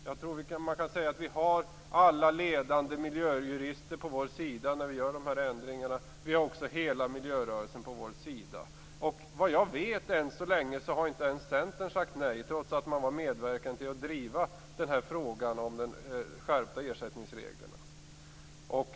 Jag tror att man kan säga att vi har alla ledande miljöjurister på vår sida när vi gör dessa ändringar. Vi har också hela miljörörelsen på vår sida. Såvitt jag vet, än så länge, har inte ens Centern sagt nej, trots att man medverkade till att driva frågan om en skärpning av ersättningsreglerna.